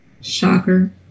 Shocker